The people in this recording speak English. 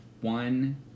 One